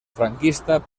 franquista